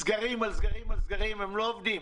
סגרים על סגרים על סגרים הם לא עובדים.